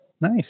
Nice